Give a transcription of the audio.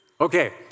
Okay